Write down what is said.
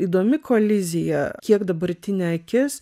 įdomi kolizija kiek dabartinė akis